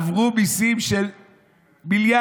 עברו מיסים של מיליארדים,